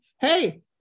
hey